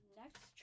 next